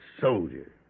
soldier